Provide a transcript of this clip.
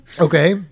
Okay